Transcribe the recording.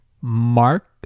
Mark